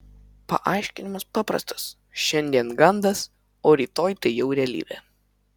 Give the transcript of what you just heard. paaiškinimas paprastas šiandien gandas o rytoj tai jau realybė